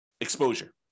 exposure